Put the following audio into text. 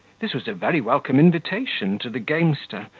this was a very welcome invitation to the gamester,